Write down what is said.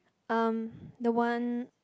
um the one